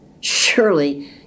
Surely